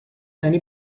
یعنی